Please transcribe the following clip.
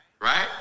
Right